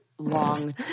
long